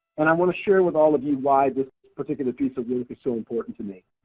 and i want to share with all of you why this particular piece of work is so important to me.